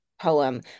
poem